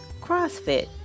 CrossFit